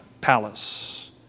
palace